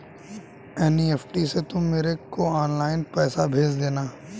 NEFT से तुम मेरे को ऑनलाइन ही पैसे भेज देना